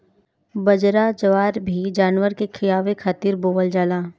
बजरा, जवार भी जानवर के खियावे खातिर बोअल जाला